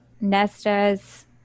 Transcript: Nesta's